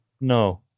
No